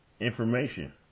information